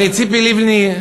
הרי ציפי לבני,